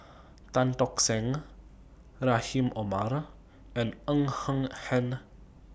Tan Tock Seng Rahim Omar and Ng Eng Hen